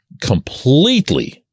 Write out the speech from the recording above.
completely